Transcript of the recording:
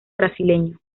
brasileño